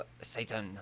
Satan